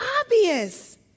obvious